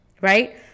right